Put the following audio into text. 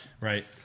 right